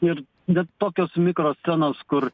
ir net tokios mikroscenos kur